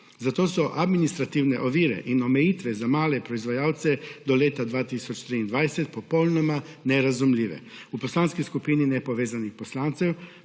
Zato so administrativne ovire in omejitve za male proizvajalce do leta 2023 popolnoma nerazumljive. V Poslanski skupini nepovezanih poslancev